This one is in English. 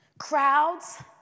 Crowds